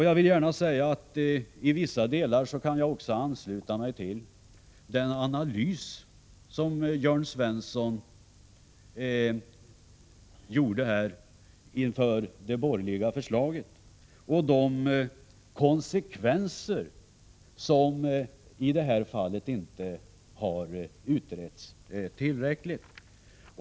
Jag vill gärna säga att jag i vissa delar också kan ansluta mig till den analys som Jörn Svensson gjorde av det borgerliga förslaget och av de konsekvenser som i det här fallet inte har utretts tillräckligt.